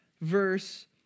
verse